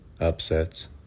upsets